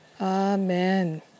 Amen